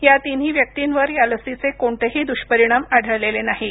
या तिन्ही व्यक्तींवर या लसीचे कोणतेही दुष्परिणाम आढळलेले नाहीत